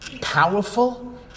powerful